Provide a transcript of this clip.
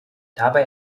dabei